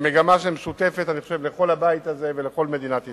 היא מגמה שאני חושב שהיא משותפת לכל הבית הזה ולכל מדינת ישראל.